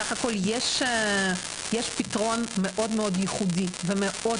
בסך הכל יש פתרון מאוד מאוד ייחודי ומאוד